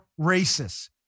racists